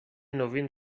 نوین